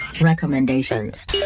recommendations